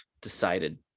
decided